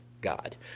God